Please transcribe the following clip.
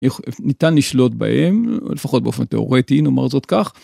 ניתן לשלוט בהם לפחות באופן תיאורטי נאמר זאת כך.